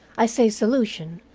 i say solution,